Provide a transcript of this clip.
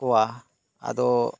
ᱠᱚᱣᱟ ᱟᱫᱚ